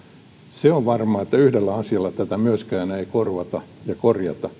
se on varmaa että yhdellä asialla tätä myöskään ei korvata ja korjata